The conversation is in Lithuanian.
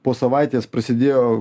po savaitės prasidėjo